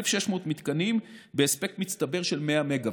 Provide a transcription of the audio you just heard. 1,600 מתקנים בהספק מצטבר של 100 מגה-ואט.